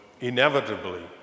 inevitably